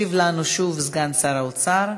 ישיב לנו, שוב, סגן שר האוצר.